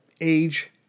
age